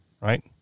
right